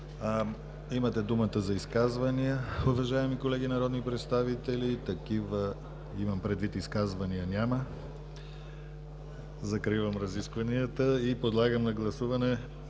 Имате думата за изказвания, уважаеми колеги народни представители. Такива изказвания няма. Закривам разискванията и подлагам на гласуване